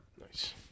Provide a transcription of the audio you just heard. Nice